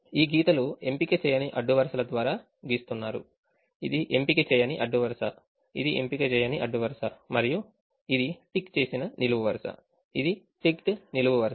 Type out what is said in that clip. ఈ గీతలు ఎంపిక చేయని అడ్డు వరుసల ద్వారా గీస్తున్నారు ఇది ఎంపిక చేయని అడ్డు వరుస ఇది ఎంపిక చేయని అడ్డు వరుస మరియు ఇది టిక్ చేసిన నిలువు వరుస ఇది టిక్డ్ నిలువు వరుస